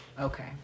Okay